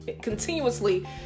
Continuously